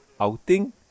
outing